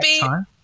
time